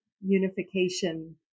unification